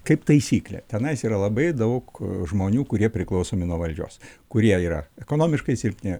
kaip taisyklė tenais yra labai daug žmonių kurie priklausomi nuo valdžios kurie yra ekonomiškai silpni